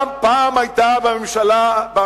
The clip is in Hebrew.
גם פעם היה בימין